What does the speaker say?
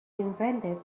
invented